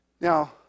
Now